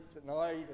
tonight